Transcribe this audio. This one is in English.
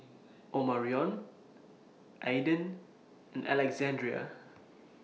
Omarion Aedan and Alexandria